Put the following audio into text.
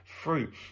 fruit